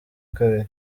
kabiri